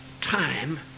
time